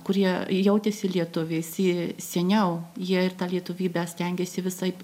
kurie jautėsi lietuviais ir seniau jie ir tą lietuvybę stengėsi visaip